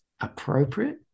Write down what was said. appropriate